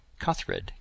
Cuthred